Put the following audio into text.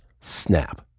snap